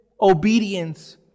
obedience